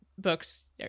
Books